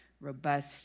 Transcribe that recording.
robust